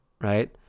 right